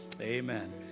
Amen